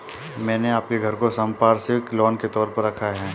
मैंने अपने घर को संपार्श्विक लोन के तौर पर रखा है